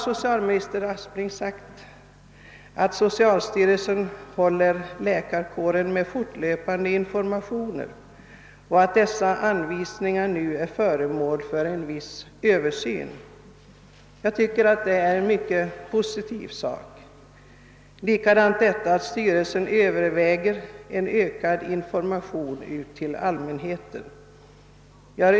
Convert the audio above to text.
Socialminister Aspling har i sitt svar uttalat att socialstyrelsen håller läkarkåren underrättad genom fortlöpande informationer och att dessa anvisningar nu är föremål för viss översyn. Jag tycker att detta är mycket positivt liksom också att socialstyrelsen överväger en ökad information till allmänheten.